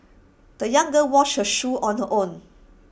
the young girl washed her shoes on her own